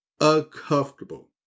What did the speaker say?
uncomfortable